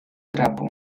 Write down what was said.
trapo